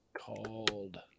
called